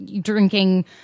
drinking